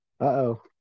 Uh-oh